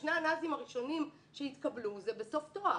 שני הנ"זים הראשונים שיתקבלו זה בסוף תואר.